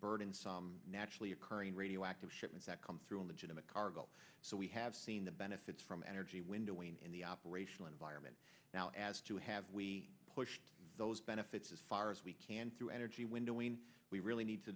burden so naturally occurring radioactive shipments that come through in the gym a cargo so we have seen the benefits from energy windowing in the operational environment now as to have we pushed those benefits as far as we can through energy windowing we really need to